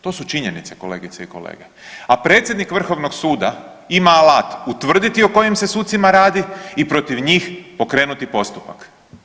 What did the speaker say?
To su činjenice kolegice i kolege, a predsjednik Vrhovnog suda ima alat utvrditi o kojim se sucima radi i protiv njih pokrenuti postupak.